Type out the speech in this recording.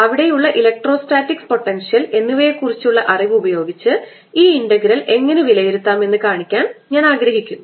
അവിടെയുള്ള electrostatics potential എന്നിവയെക്കുറിച്ചുള്ള അറിവ് ഉപയോഗിച്ച് ഈ ഇന്റഗ്രൽ എങ്ങനെ വിലയിരുത്താം എന്ന് കാണിക്കാൻ ഞാൻ ആഗ്രഹിക്കുന്നു